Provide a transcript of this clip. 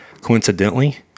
Coincidentally